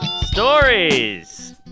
Stories